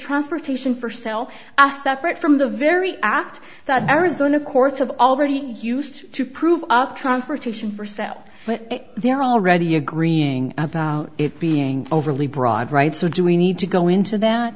transportation for sell assets right from the very act that arizona courts have already used to prove up transportation for sale but they're already agreeing about it being overly broad rights or do we need to go into that